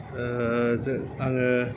आङो